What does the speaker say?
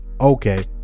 okay